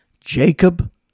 Jacob